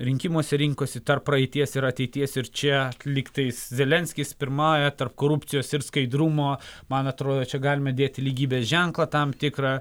rinkimuose rinkosi tarp praeities ir ateities ir čia lygtais zelenskis pirmauja tarp korupcijos ir skaidrumo man atrodo čia galime dėti lygybės ženklą tam tikrą